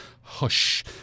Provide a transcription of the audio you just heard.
Hush